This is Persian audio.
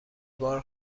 بار